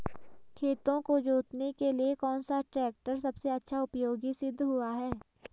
खेतों को जोतने के लिए कौन सा टैक्टर सबसे अच्छा उपयोगी सिद्ध हुआ है?